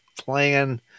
playing